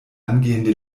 angehende